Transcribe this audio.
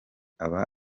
aba